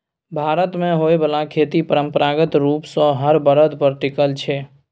भारत मे होइ बाला खेती परंपरागत रूप सँ हर बरद पर टिकल छै